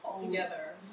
together